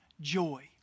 joy